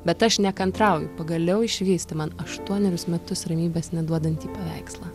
bet aš nekantrauju pagaliau išvysti man aštuonerius metus ramybės neduodantį paveikslą